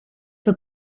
que